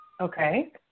Okay